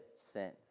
sin